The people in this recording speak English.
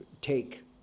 take